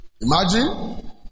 Imagine